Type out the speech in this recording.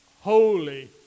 Holy